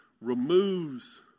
removes